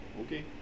Okay